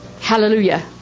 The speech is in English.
Hallelujah